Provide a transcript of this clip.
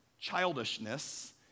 childishness